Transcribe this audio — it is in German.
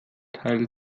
teil